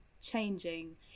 changing